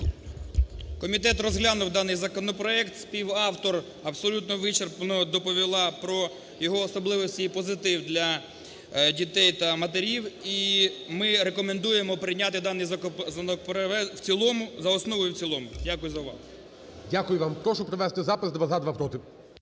Комітет розглянув даний законопроект, співавтор абсолютно вичерпно доповіла про його особливості і позитив для дітей та матерів. І ми рекомендуємо прийняти даний законопроект в цілому, за основу і в цілому. Дякую за увагу. ГОЛОВУЮЧИЙ. Дякую вам. Прошу провести запис: